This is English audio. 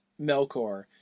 Melkor